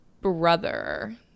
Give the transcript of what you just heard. brother